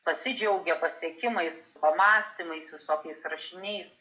pasidžiaugia pasiekimais pamąstymais visokiais rašiniais